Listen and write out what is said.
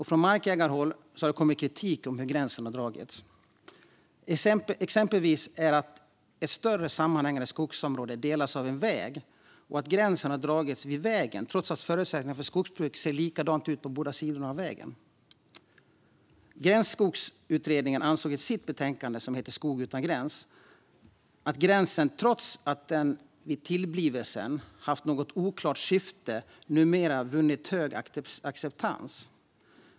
Från markägarhåll hade det kommit kritik mot hur gränsen dragits, exempelvis att gränsen i ett större sammanhängande skogsområde som delas av en väg har dragits vid vägen, trots att förutsättningarna för skogsbruk ser likadana ut på båda sidorna av vägen. Gränsskogsutredningen ansåg i sitt betänkande Skog utan gräns ? att gränsen, trots att den vid tillblivelsen haft ett något oklart syfte, numera vunnit hög acceptans.